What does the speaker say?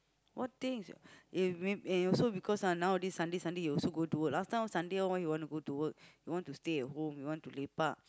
what things eh and you and also because nowadays Sundays Sundays you also go to work last time Sunday all you won't go to work you want to stay at home you want to lepak